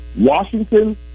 Washington